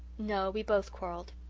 no, we both quarrelled.